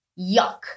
Yuck